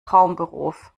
traumberuf